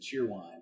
Cheerwine